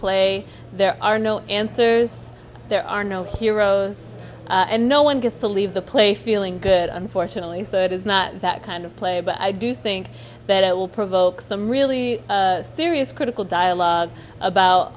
play there are no answers there are no heroes and no one gets to leave the play feeling good unfortunately third is not that kind of player but i do think that it will provoke some really serious critical dialogue about